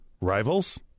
Rivals